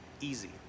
easy